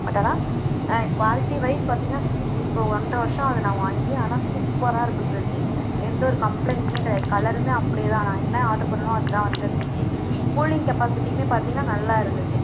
but ஆனால் quality wise பார்த்திங்கனா இப்போ ஒன்ரை வருஷம் ஆகுது நான் வாங்கி ஆனால் சூப்பராக இருக்கு ஃபிரிட்ஜு எந்தவொரு கம்ப்ளைண்ட்ஸும் கிடையாது கலரும் அப்படியே தான் நான் என்ன ஆர்டரு பண்ணேனோ அதுதான் வந்திருந்துச்சு கூலிங் கெப்பாசிட்டியும் பார்த்திங்கனா நல்லா இருந்துச்சு